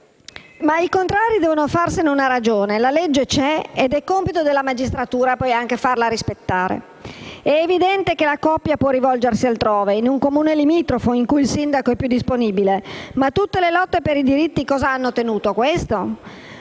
Ma i contrari devono farsene una ragione: la legge c'è ed è compito della magistratura farla rispettare. È evidente che la coppia può rivolgersi altrove, in un Comune limitrofo in cui il sindaco è più disponibile, ma tutte le lotte per i diritti hanno ottenuto questo?